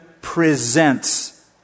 presents